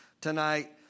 tonight